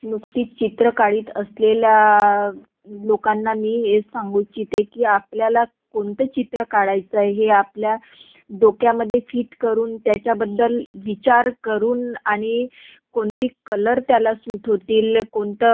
नुकतीच चित्र काढीत असलेल्या लोकांना मी हे सांगू इच्छिते की आपल्याला कोणतं चित्र काढायचं आहे हे आपल्या डोक्यामध्ये फिट करून त्याच्याबद्दल विचार करून आणि कोणते कलर त्याला सूट होतील कोणतं